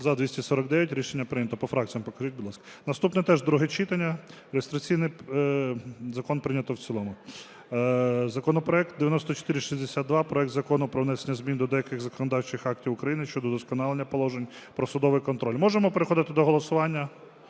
За-249 Рішення прийнято. По фракціях покажіть, будь ласка. Наступний теж друге читання, реєстраційний… Закон прийнято в цілому. Законопроект 9462: проект Закону про внесення змін до деяких законодавчих актів України щодо удосконалення положень про судовий контроль. Можемо переходити до голосування?